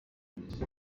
minisitiri